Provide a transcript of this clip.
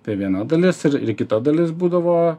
tai viena dalis ir ir kita dalis būdavo